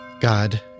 God